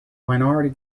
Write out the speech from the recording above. minority